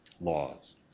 laws